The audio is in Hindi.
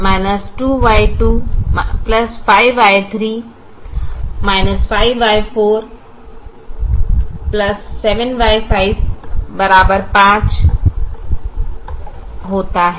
2Y1 2Y25Y3 5Y47Y5 5 दिया जाता है